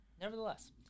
nevertheless